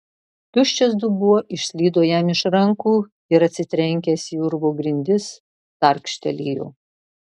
tuščias dubuo išslydo jam iš rankų ir atsitrenkęs į urvo grindis tarkštelėjo